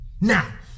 Now